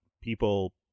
people